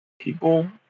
people